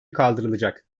kaldırılacak